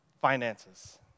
finances